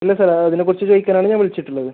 ഇല്ല സാർ അതിനെ കുറിച്ച് ചോദിക്കാനാണ് ഞാൻ വിളിച്ചിട്ടുള്ളത്